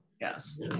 Yes